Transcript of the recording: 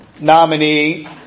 nominee